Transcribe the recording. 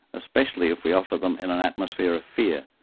especially if we offer them in an atmosphere of fear.